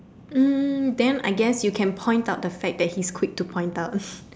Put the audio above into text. mm then I guess you can point out the fact that he's quick to point out